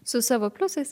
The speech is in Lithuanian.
su savo pliusais